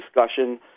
discussion